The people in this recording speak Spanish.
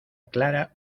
clara